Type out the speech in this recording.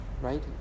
right